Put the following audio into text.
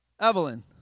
Evelyn